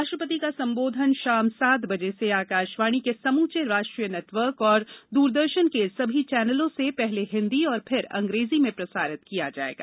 राष्ट्रपति का संबोधन शाम सात बजे से आकाशवाणी के समूचे राष्ट्रीय नेटवर्क और दूरदर्शन के सभी चैनलों से पहले हिन्दी और फिर अंग्रेजी में प्रसारित किया जाएगा